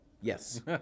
Yes